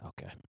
okay